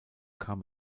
kam